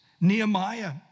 Nehemiah